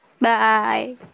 Bye